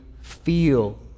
feel